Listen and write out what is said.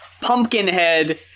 Pumpkinhead